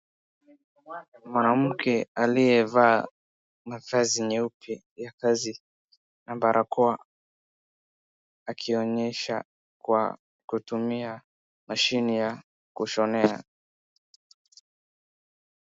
Mwanamke aliyevaa mavazi nyeupe ya kazi na barakoa akionyesha kwa kutumia mashine ya kushonea.